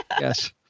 Yes